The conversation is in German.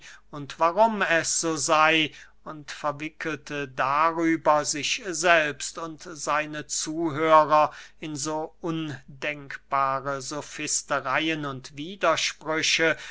und warum es so sey und verwickelte darüber sich selbst und seine zuhörer in so undenkbaren sofistereyen und widersprüchen